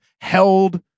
held